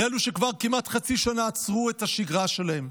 לאלו שכבר כמעט חצי שנה עצרו את השגרה שלהם,